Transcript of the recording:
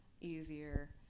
easier